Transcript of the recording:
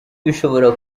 bishobora